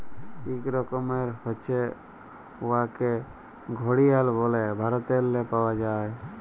ইক রকমের হছে উয়াকে ঘড়িয়াল ব্যলে ভারতেল্লে পাউয়া যায়